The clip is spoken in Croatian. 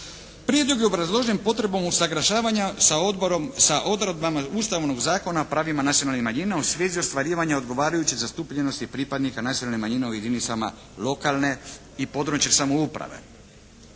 Prijedlog je obrazložen potrebom usaglašavanja sa odredbama ustavnog Zakona o pravima nacionalnih manjina u svezi ostvarivanja odgovarajuće zastupljenosti pripadnika nacionalne manjine u jedinicama lokalne i područne samouprave.